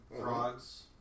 Frogs